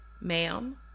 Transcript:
Ma'am